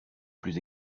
plus